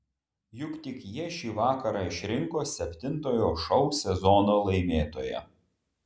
juk tik jie šį vakarą išrinko septintojo šou sezono laimėtoją